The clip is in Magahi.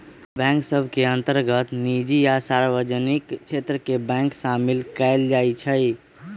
बैंक सभ के अंतर्गत निजी आ सार्वजनिक क्षेत्र के बैंक सामिल कयल जाइ छइ